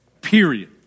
period